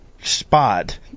spot